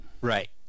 Right